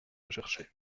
recherché